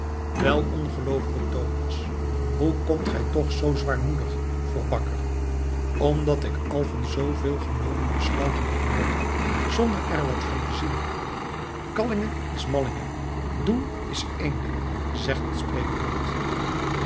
wel ongeloovige thomas hoe komt gij toch zoo zwaarmoedig vroeg bakker omdat ik al van zooveel genomen besluiten gehoord heb zonder er wat van te zien kallinghe is mallinghe doen is een ding zegt het spreekwoord